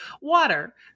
water